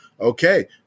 Okay